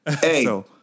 Hey